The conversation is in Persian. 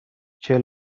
چهل